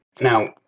Now